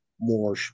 more